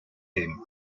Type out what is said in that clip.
dem